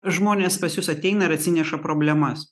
žmonės pas jus ateina ir atsineša problemas